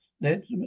let